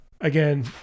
again